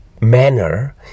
manner